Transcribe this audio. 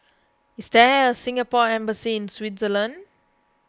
is there a Singapore Embassy in Switzerland